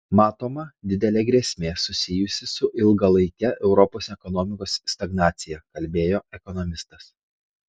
matoma didelė grėsmė susijusi su ilgalaike europos ekonomikos stagnacija kalbėjo ekonomistas